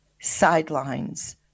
sidelines